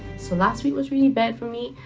so last week was really bad for me,